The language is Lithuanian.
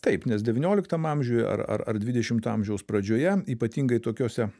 taip nes devynioliktam amžiuj ar ar dvidešimto amžiaus pradžioje ypatingai tokiose